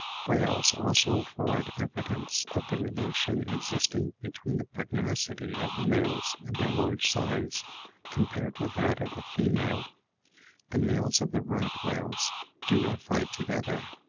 whales also afford evidence of the relation existing between the pugnacity of the males and their large size compared with that of the female the males of the right-whales do not fight together,